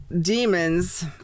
demons